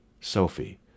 Sophie